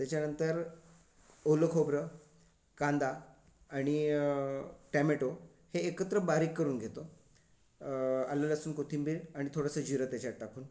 त्याच्यानंतर ओलं खोबरं कांदा आणि टॅमेटो हे एकत्र बारीक करून घेतो आलं लसूण कोथिंबीर आणि थोडंसं जिरं त्याच्यात टाकून